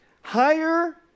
higher